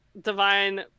divine